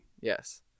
Yes